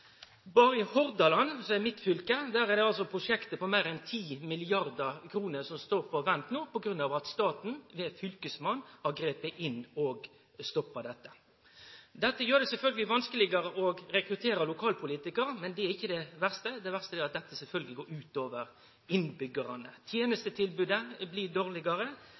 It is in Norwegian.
Berre i Hordaland – i mitt fylke – er det prosjekt på meir enn 10 mrd. kr som no står på vent på grunn av at staten ved fylkesmannen har gripe inn og stoppa desse. Dette gjer det sjølvsagt vanskelegare å rekruttere lokalpolitikarar, men det er ikkje det verste. Det verste er at dette sjølvsagt går ut over innbyggjarane – tenestetilbodet blir dårlegare,